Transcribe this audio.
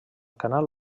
canal